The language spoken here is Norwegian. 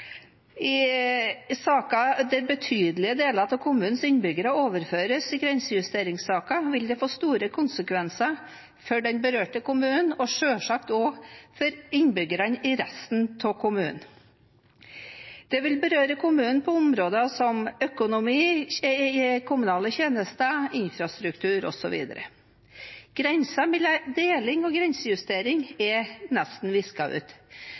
I saker hvor betydelige deler av kommunens innbyggere overføres i grensejusteringssaker, vil det få store konsekvenser for den berørte kommunen og selvsagt også for innbyggerne i resten av kommunen. Det vil berøre kommunen på områder som økonomi, kommunale tjenester, infrastruktur osv. Grensen mellom deling og grensejustering er nesten visket ut.